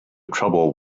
trouble